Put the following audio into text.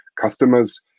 customers